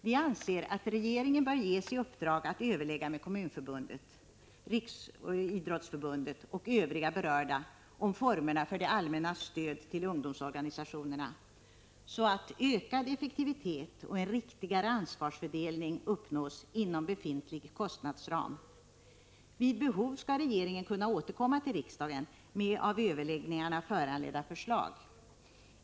Vi anser att regeringen bör ges i uppdrag att överlägga med Kommunförbundet, riksidrottsförbundet och övriga berörda om formerna för det allmännas stöd till ungdomsorganisationerna, så att ökad effektivitet och en riktigare ansvarsfördelning uppnås inom befintlig kostnadsram. Vid behov skall regeringen kunna återkomma till riksdagen med av överläggningarna föranledda förslag.